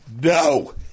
No